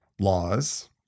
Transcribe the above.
laws